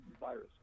virus